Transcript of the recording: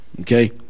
okay